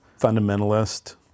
fundamentalist